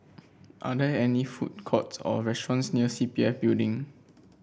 are there any food courts or restaurants near C P F Building